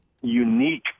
unique